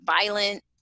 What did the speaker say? violent